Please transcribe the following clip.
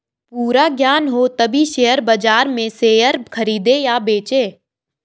पूरा ज्ञान हो तभी शेयर बाजार में शेयर खरीदे या बेचे